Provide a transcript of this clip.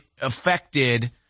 affected